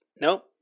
nope